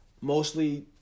mostly